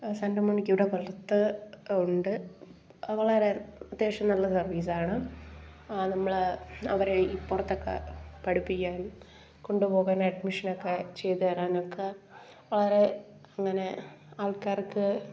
ആ സാൻറ്റമോണിക്കയിവിടെ പുറത്ത് ഉണ്ട് അത് വളരെ അത്യാവശ്യം നല്ല സർവീസാണ് ആ നമ്മൾ അവരെ ഈ പുറത്തൊക്കെ പഠിപ്പിക്കാൻ കൊണ്ട് പോകാൻ അഡ്മിഷനൊക്കെ ചെയ്ത് തരാനൊക്കെ അവരെ അങ്ങനെ ആൾക്കാർക്ക്